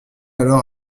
alors